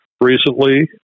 recently